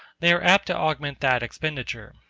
they are apt to augment that expenditure.